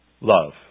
love